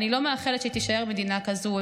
ואני לא מאחלת שתישאר מדינה כזאת,